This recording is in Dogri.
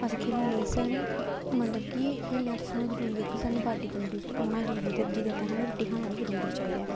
अस खेली नेईं सकने मतलब कि खेलने आस्तै सानूं जरूरी ऐ कि बाड्डी तंदरुस्त होना जरूरी ते जेह्दे आस्तै सानूं रुट्टी खाना जरूरी चाहिदा ऐ